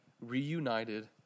reunited